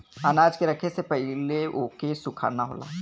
अनाज के रखे से पहिले ओके सुखाना होला